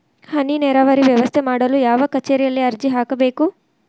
ಹನಿ ನೇರಾವರಿ ವ್ಯವಸ್ಥೆ ಮಾಡಲು ಯಾವ ಕಚೇರಿಯಲ್ಲಿ ಅರ್ಜಿ ಹಾಕಬೇಕು?